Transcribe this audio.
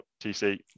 TC